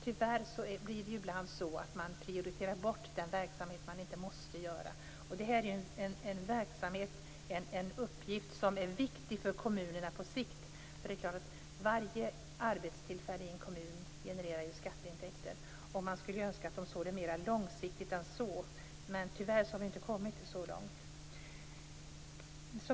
Tyvärr blir det ibland så att den verksamhet som inte måste genomföras prioriteras bort. Detta är naturligtvis en uppgift som är viktig för kommunerna på sikt. Varje arbetstillfälle i en kommun genererar ju skatteintäkter. Man skulle ju önska att de såg det mer långsiktigt än så, men tyvärr har vi inte kommit så långt.